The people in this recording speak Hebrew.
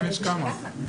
יש כמה.